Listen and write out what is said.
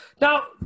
Now